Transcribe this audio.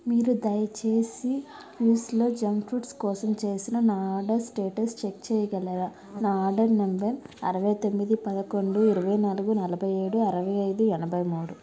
మీరు దయచేసి క్లూవ్స్లో జంక్ ఫ్రూట్స్ కోసం చేసిన నా ఆర్డర్ స్టేటస్ చెక్ చేయగలరా నా ఆర్డర్ నంబర్ అరవై తొమ్మిది పదకొండు ఇరవై నాలుగు నలభై ఏడు అరవై ఐదు ఎనభై మూడు